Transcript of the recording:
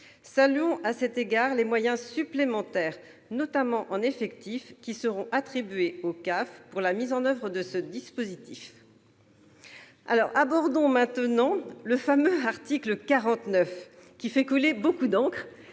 Saluons à cet égard les moyens supplémentaires, notamment en effectifs, qui seront attribués aux CAF pour la mise en oeuvre du dispositif. Le fameux article 49 fait couler beaucoup d'encre